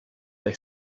they